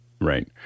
Right